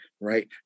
right